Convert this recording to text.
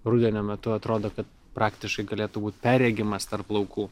rudenio metu atrodo kad praktiškai galėtų būti perregimas tarp laukų